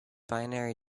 binary